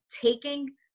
taking